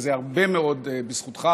וזה הרבה מאוד בזכותך,